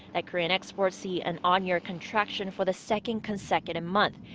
that korean exports see an on-year contraction for the second consecutive month.